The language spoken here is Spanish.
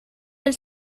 del